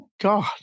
God